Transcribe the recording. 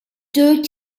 deux